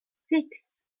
six